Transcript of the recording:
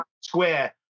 Square